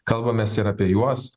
kalbamės ir apie juos